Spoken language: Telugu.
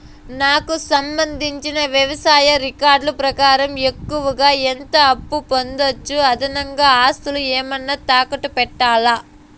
నాకు సంబంధించిన వ్యవసాయ రికార్డులు ప్రకారం ఎక్కువగా ఎంత అప్పు పొందొచ్చు, అదనంగా ఆస్తులు ఏమన్నా తాకట్టు పెట్టాలా?